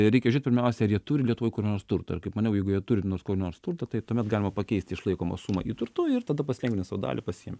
reikia žiūrėt pirmiausia jie turi lietuvoj kur nors turto ir kaip maniau jeigu jie turi nors kur nors turto tai tuomet galima pakeisti išlaikomą sumą į turtu ir tada pasilengvint sau dalį pasiimt